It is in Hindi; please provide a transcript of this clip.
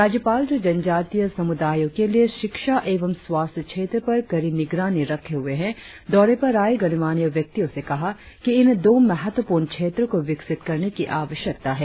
राज्यपाल जो जनजातीय समुदायों के लिए शिक्षा एवं स्वास्थ्य क्षेत्र पर कड़ी निगरानी रखे हुए है दौरे पर आए गणमान्य व्यक्तियों से कहा कि इन दो महत्वपूर्ण क्षेत्रों को विकसित करने की आवश्यकता है